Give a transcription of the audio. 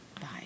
Bye